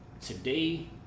Today